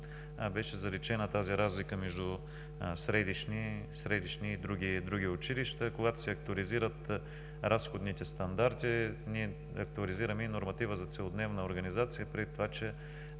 беше заличена тази разлика между средищни и други училища. Когато се актуализират разходните стандарти, ние актуализираме и норматива за целодневна организация и в предвид на това, че